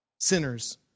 Sinners